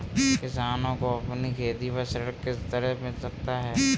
किसानों को अपनी खेती पर ऋण किस तरह मिल सकता है?